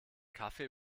kaffee